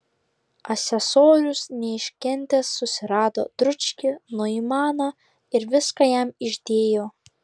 asesorius neiškentęs susirado dručkį noimaną ir viską jam išdėjo